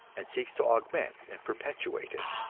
and seeks to augment and perpetuate it.